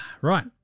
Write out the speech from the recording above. Right